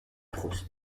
prost